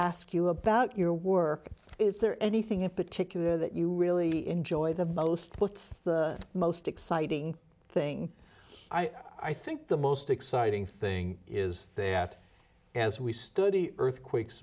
ask you about your work is there anything in particular that you really enjoy the most what's the most exciting thing i think the most exciting thing is they at as we study earthquakes